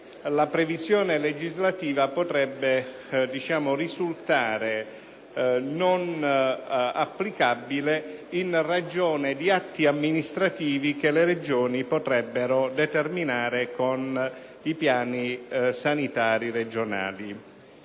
la previsione legislativa potrebbe risultare non applicabile in ragione di atti amministrativi che le Regioni potrebbero determinare con i piani sanitari regionali.